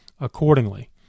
accordingly